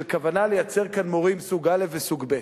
של כוונה לייצר כאן מורים סוג א' וסוג ב'